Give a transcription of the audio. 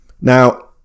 Now